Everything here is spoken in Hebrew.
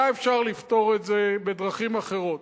היה אפשר לפתור את זה בדרכים אחרות,